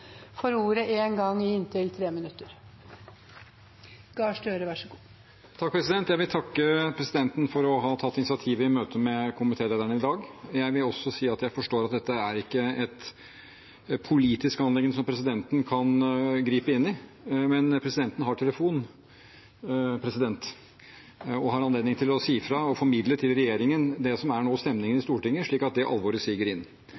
får ordet én gang til i inntil 3 minutter – og deretter til stortingspresidenten. Jeg vil takke presidenten for å ha tatt initiativ til møte med komitélederne i dag. Jeg vil også si at jeg forstår at dette ikke er et politisk anliggende som presidenten kan gripe inn i. Men presidenten har telefon, og har anledning til å si fra og formidle til regjeringen det som nå er stemningen i Stortinget, slik at det alvoret siger inn. Det er nå